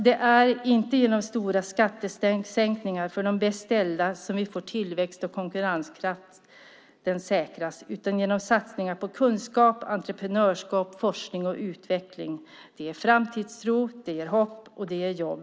Det är inte genom stora skattesänkningar för de bäst ställda som tillväxt och konkurrenskraft säkras, utan genom satsningar på kunskap, entreprenörskap, forskning och utveckling. Det ger framtidstro, det ger hopp och det ger jobb.